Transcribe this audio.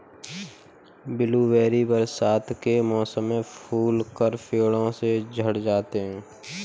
blueberry बरसात के मौसम में फूलकर पेड़ों से झड़ जाते हैं